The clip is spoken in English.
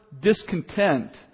discontent